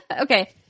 Okay